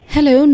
Hello